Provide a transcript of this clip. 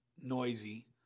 noisy